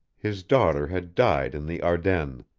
his daughter had died in the ardennes,